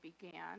began